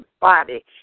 body